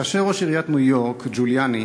כאשר ראש עיריית ניו-יורק ג'וליאני